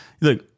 look